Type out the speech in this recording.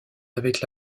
avec